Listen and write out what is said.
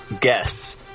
guests